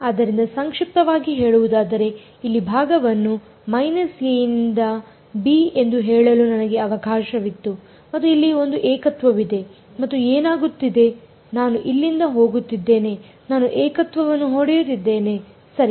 ಆದ್ದರಿಂದ ಸಂಕ್ಷಿಪ್ತವಾಗಿ ಹೇಳುವುದಾದರೆ ಇಲ್ಲಿ ಭಾಗವನ್ನು a ನಿಂದ b ಎಂದು ಹೇಳಲು ನನಗೆ ಅವಕಾಶವಿತ್ತು ಮತ್ತು ಇಲ್ಲಿ ಒಂದು ಏಕತ್ವವಿದೆ ಮತ್ತು ಏನಾಗುತ್ತಿದೆ ನಾನು ಇಲ್ಲಿಂದ ಹೋಗುತ್ತಿದ್ದೇನೆ ನಾನು ಏಕತ್ವವನ್ನು ಹೊಡೆಯುತ್ತಿದ್ದೇನೆ ಸರಿ